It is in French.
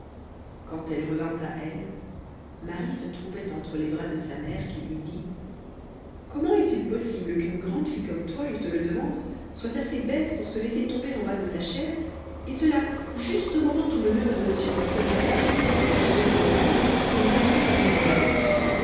quand elle revint à elle marie se trouvait entre les bras de sa mère qui lui dit comment est-il possible qu'une grande fille comme toi je te le demande soit assez bête pour se laisser tomber en bas de sa chaise et cela juste au moment où le neveu de m drosselmayer qui a terminé ses voyages vient d'arriver à nuremberg